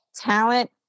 talent